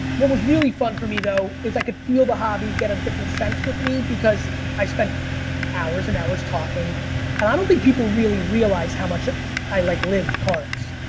what was really fun for me though, is i could feel the hobby get a different sense with me because i spent hours and hours talking and i don't think people really realize how much i like lived cards.